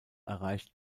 erreicht